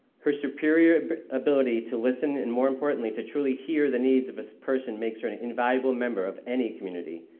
her superior ability to listen and more importantly, to truly hear the needs of a person, makes her an invaluable member of any community.